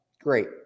great